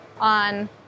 on